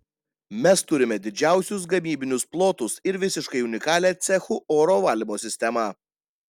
mes turime didžiausius gamybinius plotus ir visiškai unikalią cechų oro valymo sistemą